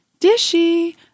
Dishy